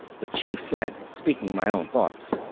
the chief said, speaking my own thoughts.